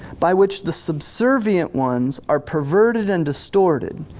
by which the subservient ones are perverted and distorted.